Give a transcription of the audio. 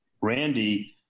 Randy